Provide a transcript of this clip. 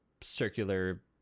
circular